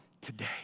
today